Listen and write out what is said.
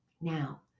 Now